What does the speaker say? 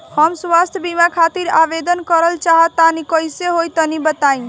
हम स्वास्थ बीमा खातिर आवेदन करल चाह तानि कइसे होई तनि बताईं?